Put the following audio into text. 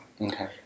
Okay